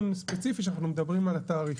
ספציפי בגינו אנחנו דנים על התעריף.